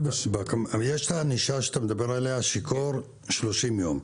יש את הענישה שאתה מדבר עליה, שיכור 30 יום.